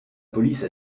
police